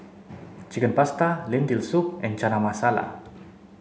chicken Pasta Lentil soup and Chana Masala